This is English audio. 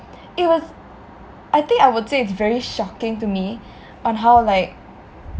it was I think I would say it's very shocking to me on how like